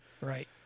Right